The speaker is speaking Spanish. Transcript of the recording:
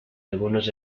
algunos